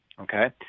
okay